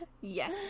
Yes